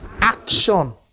Action